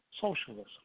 socialism